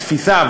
התפיסה,